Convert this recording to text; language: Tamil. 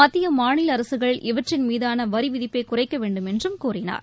மத்திய மாநில அரசுகள் இவற்றின் மீதான வரி விதிப்பை குறைக்க வேண்டுமென்றும் கூறினார்